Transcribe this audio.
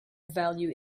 value